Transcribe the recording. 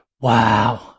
Wow